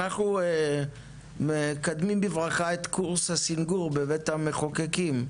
אנחנו מקדמים בברכה את קורס הסנגור בבית המחוקקים,